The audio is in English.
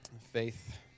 Faith